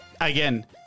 again